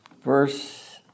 verse